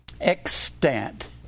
extant